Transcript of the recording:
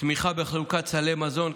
תמיכה בחלוקת סלי מזון,